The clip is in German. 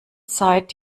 seit